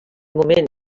moment